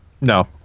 No